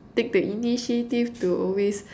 take the initiative to always